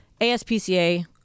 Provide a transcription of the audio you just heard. ASPCA